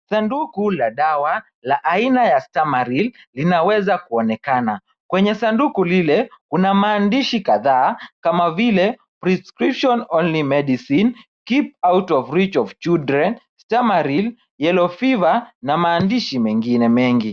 Sanduku la dawa la aina ya Stamaril linaweza kuonekana. Kwenye sanduku lile kuna maandishi kadhaa kama vile prescription only medicine, keep out of reach of children stamaril yellow fever na maandishi mengine mengi.